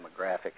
demographic